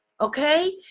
Okay